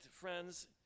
friends